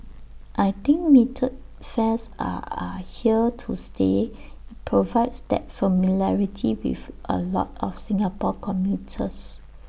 I think metered fares are are here to stay provides that familiarity with A lot of Singapore commuters